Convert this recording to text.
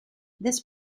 this